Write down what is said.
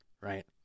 Right